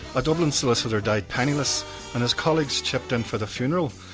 a dublin solicitor died penniless and his colleagues chipped in for the funeral.